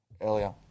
earlier